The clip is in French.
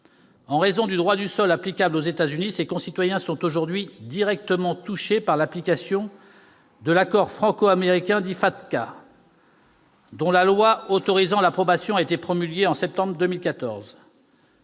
En raison du droit du sol applicable aux États-Unis, ces concitoyens sont aujourd'hui directement touchés par l'application de l'accord franco-américain FATCA ou dont la loi autorisant l'approbation a été promulguée en septembre 2014.